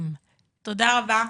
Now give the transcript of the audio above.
תודה רבה,